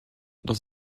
dans